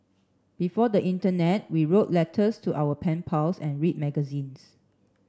before the internet we wrote letters to our pen pals and read magazines